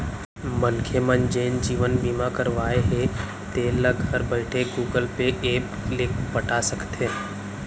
मनखे मन जेन जीवन बीमा करवाए हें तेल ल घर बइठे गुगल पे ऐप ले पटा सकथे